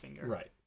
Right